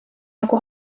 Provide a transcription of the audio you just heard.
nagu